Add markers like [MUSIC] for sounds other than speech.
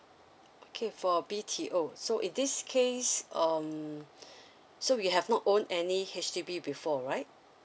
okay for B_T_O so in this case um [BREATH] so we have not owned any H_D_B before right